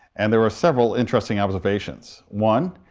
and there were several interesting observations. one,